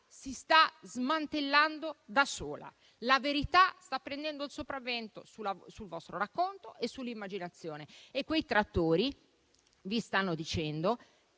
si sta smantellando da sola. La verità sta prendendo il sopravvento sul vostro racconto e sull'immaginazione. E quei trattori vi stanno dicendo